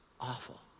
awful